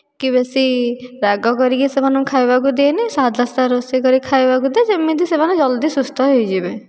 କି ବେଶୀ ରାଗ କରିକି ସେମାନଙ୍କୁ ଖାଇବାକୁ ଦିଏନି ସାଧାସିଧା ରୋଷେଇ କରି ଖାଇବାକୁ ଦିଏ ଯେମିତି ସେମାନେ ଜଲ୍ଦି ସୁସ୍ଥ ହେଇଯିବେ